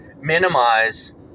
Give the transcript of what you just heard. minimize